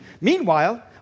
Meanwhile